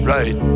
Right